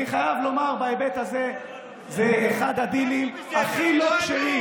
אני חייב לומר: זה אחד הדילים הכי לא כשרים,